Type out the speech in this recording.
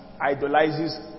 idolizes